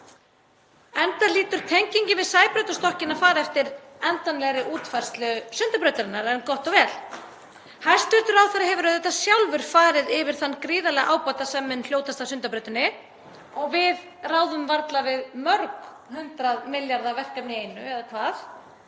enda hlýtur tengingin við Sæbrautarstokkinn að fara eftir endanlegri útfærslu Sundabrautarinnar. En gott og vel. Hæstv. ráðherra hefur auðvitað sjálfur farið yfir þann gríðarlega ábata sem mun hljótast af Sundabrautinni og við ráðum varla við mörg hundruð milljarða kr. verkefni í einu, eða hvað?